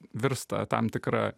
virsta tam tikra